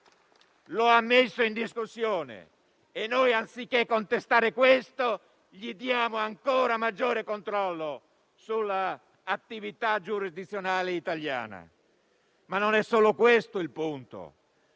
lo ha messo in discussione e noi, anziché contestare questo, gli diamo ancora maggiore controllo sull'attività giurisdizionale italiana. Non è solo questo il punto: